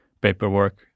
paperwork